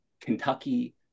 Kentucky